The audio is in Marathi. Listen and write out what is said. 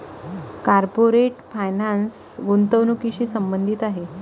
कॉर्पोरेट फायनान्स गुंतवणुकीशी संबंधित आहे